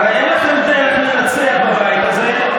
הרי אין לכם דרך לנצח בבית הזה,